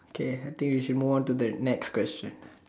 okay I think we should move on to the next question